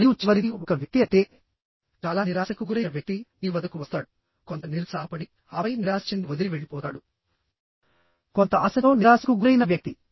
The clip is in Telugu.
మరియు చివరిది ఒక వ్యక్తి అయితే చాలా నిరాశకు గురైన వ్యక్తి మీ వద్దకు వస్తాడు కొంత నిరుత్సాహపడి ఆపై నిరాశ చెంది వదిలి వెళ్ళిపోతాడు కొంత ఆశతో నిరాశకు గురైన వ్యక్తి